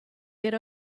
get